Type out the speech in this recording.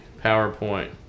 PowerPoint